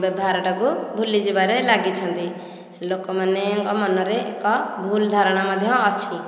ବ୍ୟବହାରଟାକୁ ଭୁଲିଯିବାରେ ଲାଗିଛନ୍ତି ଲୋକମାନଙ୍କ ମନରେ ଏକ ଭୁଲ୍ ଧାରଣା ମଧ୍ୟ ଅଛି